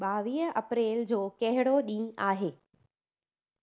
ॿावीह अप्रेल जो कहिड़ो ॾींहुं आहे